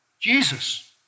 Jesus